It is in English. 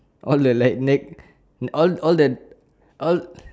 all the like neg all all the all